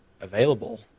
available